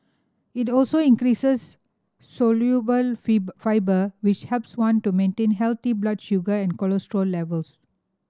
it also increases soluble fibre which helps one to maintain healthy blood sugar and cholesterol levels